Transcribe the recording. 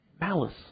malice